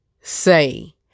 say